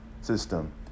system